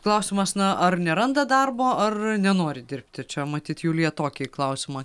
klausimas na ar neranda darbo ar nenori dirbti čia matyt julija tokį klausimą